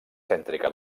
cèntrica